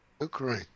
Ukraine